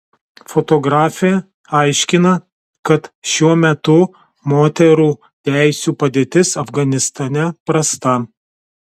fotografė aiškina kad šiuo metu moterų teisių padėtis afganistane prasta